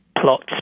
plots